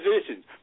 positions